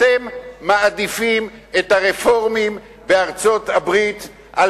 אתם מעדיפים את הרפורמים בארצות-הברית על